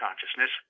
consciousness